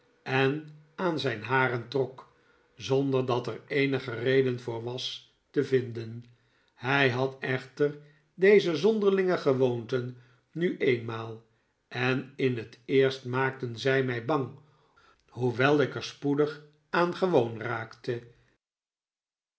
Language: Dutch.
en aan zijn haren trok zonder dat er eenige reden voor was te vinden hij had echter deze zonderlinge gewoonten nu eenftiaal en in het eerst maakten zij mij bang hoewel ik er spoedig aan gewoon raakte